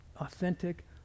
authentic